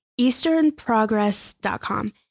easternprogress.com